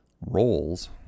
roles